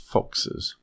Foxes